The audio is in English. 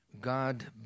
God